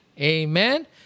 Amen